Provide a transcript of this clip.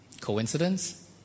Coincidence